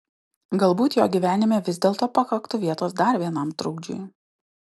galbūt jo gyvenime vis dėlto pakaktų vietos dar vienam trukdžiui